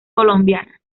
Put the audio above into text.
colombiana